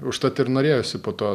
užtat ir norėjosi po to